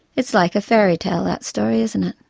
it's like a fairytale, that story, isn't it?